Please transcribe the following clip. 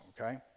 okay